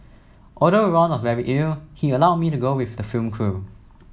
although Ron was very ill he allowed me to go with the film crew